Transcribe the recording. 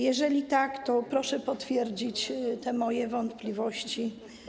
Jeżeli tak, to proszę potwierdzić te moje wątpliwości.